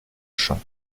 champ